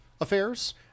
affairs